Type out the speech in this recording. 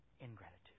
ingratitude